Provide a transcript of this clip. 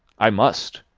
i must.